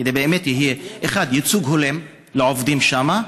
כדי שבאמת יהיה ייצוג הולם לעובדים שם?